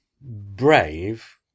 Brave